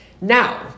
Now